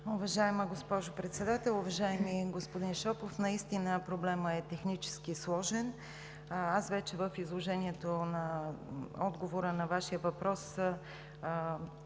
Уважаема госпожо Председател! Уважаеми господин Шопов, настина проблемът е технически сложен. В изложението на отговора на Вашия въпрос